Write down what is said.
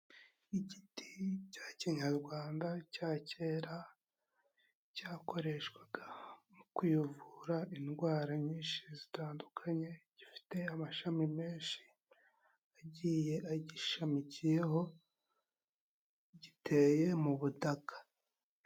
Igiti cya Kinyarwanda cya kera cyakoreshwaga mu kwivura indwara nyinshi zitandukanye, gifite amashami menshi agiye agishashamikiyeho, giteye mu butaka.